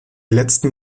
letzten